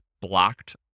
blocked